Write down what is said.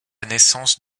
naissance